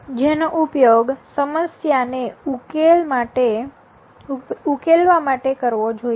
જેનો ઉપયોગ સમસ્યાને ઉકેલવા માટે કરવો જોઈએ